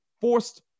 forced